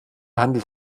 handelt